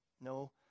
no